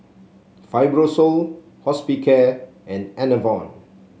Fibrosol Hospicare and Enervon